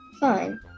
fine